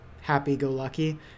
happy-go-lucky